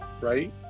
right